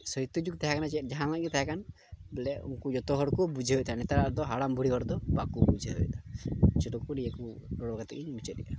ᱡᱟᱦᱟᱱᱟᱜ ᱜᱮ ᱛᱟᱦᱮᱸ ᱠᱟᱱ ᱵᱚᱞᱮ ᱩᱱᱠᱩ ᱡᱚᱛᱚ ᱦᱚᱲ ᱠᱚ ᱵᱩᱡᱷᱟᱹᱣᱫᱟ ᱱᱮᱛᱟᱨ ᱫᱚ ᱦᱟᱲᱟᱢ ᱵᱩᱲᱦᱤ ᱦᱚᱲᱫᱚ ᱵᱟᱠᱚ ᱵᱩᱡᱷᱟᱹᱣᱫᱟ ᱡᱚᱛᱚ ᱠᱚ ᱱᱤᱭᱟᱹ ᱠᱚ ᱨᱚᱲ ᱠᱟᱛᱮᱫ ᱜᱤᱧ ᱢᱩᱪᱟᱹᱫ ᱮᱫᱟ